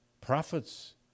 Prophets